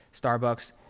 Starbucks –